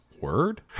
word